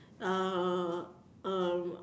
uh um